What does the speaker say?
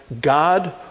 God